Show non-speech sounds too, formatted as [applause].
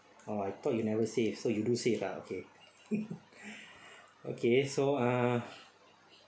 oh I thought you never say so elusive ah okay [laughs] okay so uh